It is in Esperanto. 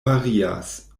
varias